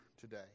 today